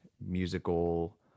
musical